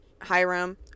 Hiram